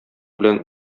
белән